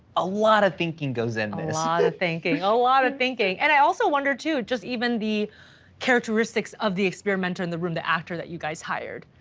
a lot of thinking goes in this. a lot of thinking, a lot of thinking. and i also wonder to just even the characteristics of the experimenter in the room, the actor that you guys hired.